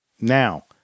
Now